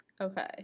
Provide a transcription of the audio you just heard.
Okay